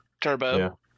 turbo